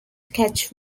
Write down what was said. catch